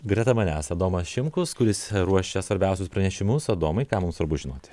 greta manęs adomas šimkus kuris ruošia svarbiausius pranešimus adomai ką mums svarbu žinoti